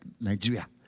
Nigeria